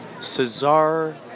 Cesar